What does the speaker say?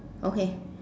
okay